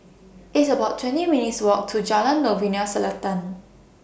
It's about twenty minutes' Walk to Jalan Novena Selatan